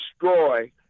destroy